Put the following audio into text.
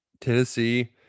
tennessee